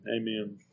amen